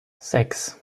sechs